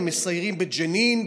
הם מסיירים בג'נין,